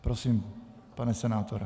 Prosím, pane senátore.